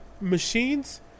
machines